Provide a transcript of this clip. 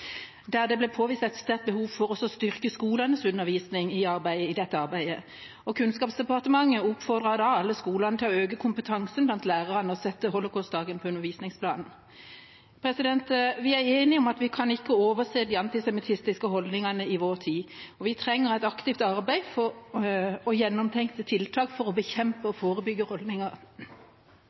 der det ble påvist et sterkt behov for å styrke skolenes undervisning i dette arbeidet. Kunnskapsdepartementet oppfordret da alle skolene til å øke kompetansen blant lærerne og sette holocaustdagen på undervisningsplanen. Vi er enige om at vi ikke kan overse de antisemittiske holdningene i vår tid. Vi trenger et aktivt arbeid og gjennomtenkte tiltak for å bekjempe